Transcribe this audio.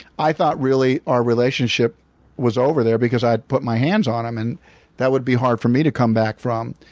i thought really our relationship was over there because i had put my hands on him, and that would be hard for me to come back from.